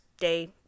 Day